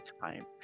time